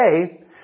today